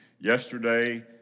Yesterday